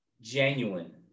Genuine